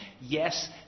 Yes